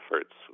efforts